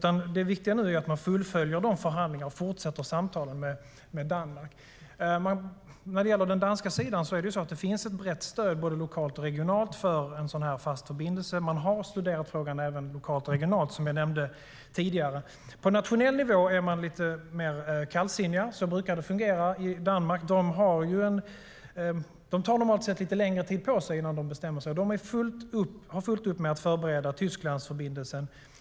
Det viktiga är nu att man fullföljer förhandlingarna och fortsätter samtalen med Danmark. På den danska sidan finns det ett brett stöd både lokalt och regionalt för en fast förbindelse. Man har studerat frågan även lokalt och regionalt, som jag nämnde tidigare. På nationell nivå är man lite mer kallsinnig. Så brukar de fungera i Danmark. De tar normalt sett lite längre tid på sig innan de bestämmer sig. De har fullt upp med att förbereda Tysklandsförbindelsen.